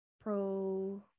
pro